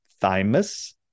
Thymus